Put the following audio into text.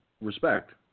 respect